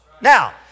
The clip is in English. Now